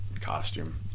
costume